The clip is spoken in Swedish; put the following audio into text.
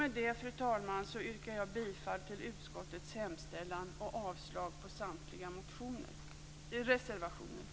Med det, fru talman, yrkar jag bifall till utskottets hemställan och avslag på samtliga reservationer.